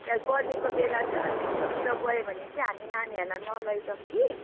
गर्मीको बेला छ दिउँसोतिर गयो भने चाहिँ हामी नानीहरूलाई नलैजाऊँ कि